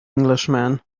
englishman